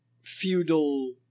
feudal